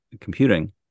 computing